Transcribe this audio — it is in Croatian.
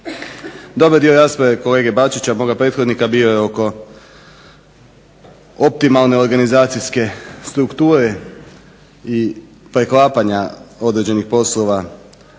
Dobar dio rasprave kolege Bačića moga prethodnika bio je oko optimalne organizacijske strukture i preklapanja poslova